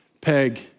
peg